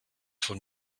von